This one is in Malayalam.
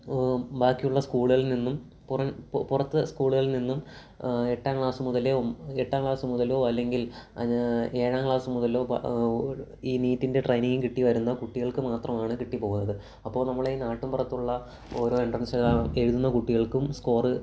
ബാക്കിയുള്ള സ്കൂളുകളിൽ നിന്നും പുറത്ത് സ്കൂളുകളിൽ നിന്നും എട്ടാം ക്ലാസ്സ് മുതലേ എട്ടാം ക്ലാസ് മുതലോ അല്ലെങ്കിൽ ഏഴാം ക്ലാസ് മുതലോ ഈ നീറ്റിൻ്റെ ട്രെയിനിങ് കിട്ടി വരുന്ന കുട്ടികൾക്ക് മാത്രമാണ് കിട്ടിപ്പോകുന്നത് അപ്പോള് നമ്മളെ ഈ നാട്ടിന്പുറത്തുള്ള ഓരോ എൻട്രൻസുകളെല്ലാം എഴുതുന്ന കുട്ടികൾക്കും സ്കോര്